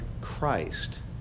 Christ